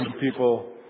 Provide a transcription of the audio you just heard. people